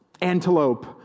Antelope